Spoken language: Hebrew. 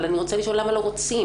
אבל אני רוצה לשאול למה לא רוצים?